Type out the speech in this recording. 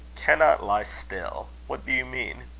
cannot lie still! what do you mean?